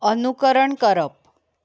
अनुकरण करप